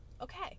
okay